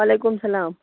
وعلیکُم السلام